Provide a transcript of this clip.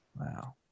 Wow